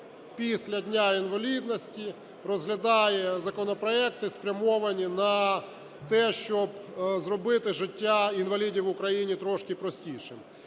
після Дня інвалідності розглядає законопроекти, спрямовані на те, щоб зробити життя інвалідів в Україні трошки простішими.